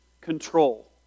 control